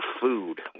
food